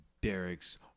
Derek's